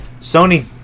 Sony